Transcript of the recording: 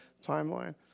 timeline